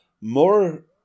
more